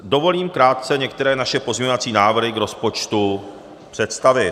Dovolím si krátce některé naše pozměňovací návrhy k rozpočtu představit.